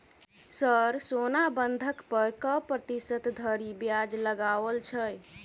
Sir सोना बंधक पर कऽ प्रतिशत धरि ब्याज लगाओल छैय?